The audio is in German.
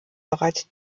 bereits